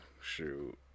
Shoot